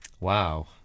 Wow